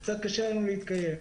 וקצת קשה היום להתקיים.